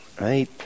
right